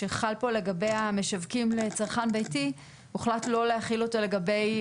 שחל פה לגבי המשווקים לצרכן ביתי הוחלט לא להחיל אותו לגבי